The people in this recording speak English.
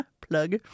plug